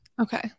okay